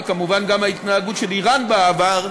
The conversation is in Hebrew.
וכמובן גם ההתנהגות של איראן בעבר,